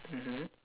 mmhmm